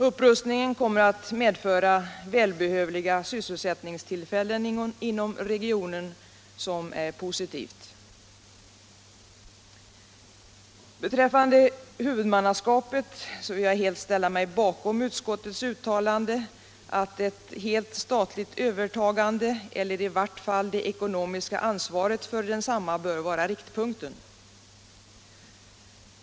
Upprustningen kommer att medföra välbehövliga sysselsättningstillfällen inom regionen, vilket är positivt. Beträffande huvudmannaskapet vill jag ställa mig bakom utskottets uttalande att ett helt statligt övertagande — eller i vart fall det ekonomiska ansvaret — bör vara riktpunkten.